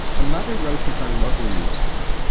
a mother wrote to her local newspaper